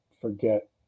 forget